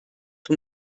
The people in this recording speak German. vom